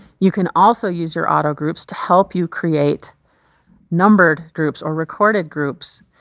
you can also use your auto-groups to help you create numbered groups, or recorded groups.